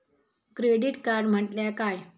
Credit card म्हटल्या काय?